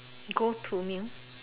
go to meal